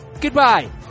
goodbye